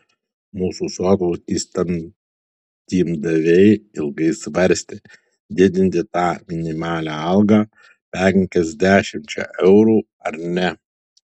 mūsų sotūs įstatymdaviai ilgai svarstė didinti tą minimalią algą penkiasdešimčia eurų ar ne